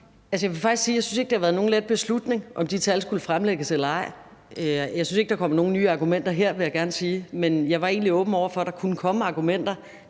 ikke synes, at det har været nogen let beslutning, om de tal skulle fremlægges eller ej. Jeg synes ikke, at der er kommet nogen nye argumenter frem her, vil jeg gerne sige, men jeg var egentlig åben over for, at der kunne komme argumenter,